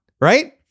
Right